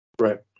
Right